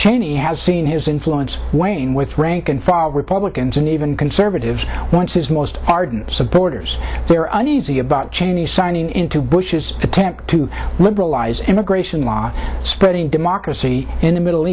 cheney has seen his influence wane with rank and file republicans and even conservatives once his most ardent supporters there an easy about cheney signing into bush's attempt to liberalize immigration law spreading democracy in the middle